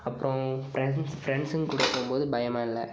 அப்புறம் ஃப்ரெண்ட்ஸு ஃப்ரெண்ட்ஸுங்க கூட போகும்போது பயமாக இல்லை